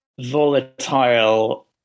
volatile